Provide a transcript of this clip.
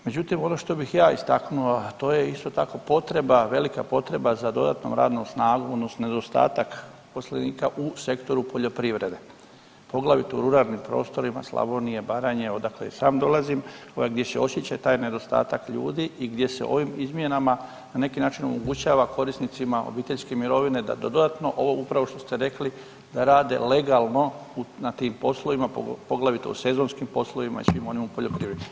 Međutim, ono što bih ja istaknuo to je isto tako potreba, velika potreba za dodatnom radnom snagom odnosno nedostatak zaposlenika u sektoru poljoprivrede poglavito u ruralnim prostorima Slavonije, Baranje odakle i sam dolazim gdje se osjeća taj nedostatak ljudi i gdje se ovim izmjenama na neki način omogućava korisnicima obiteljske mirovine da dodatno ovo upravo što ste rekli, da rade legalno na tim poslovima poglavito u sezonskim poslovima i svim onim u poljoprivredi.